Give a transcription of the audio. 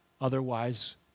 Otherwise